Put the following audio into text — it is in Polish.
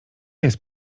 jest